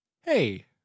Hey